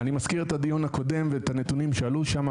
אני מזכיר את הדיון הקודם ואת הנתונים שעלו שם,